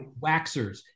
waxers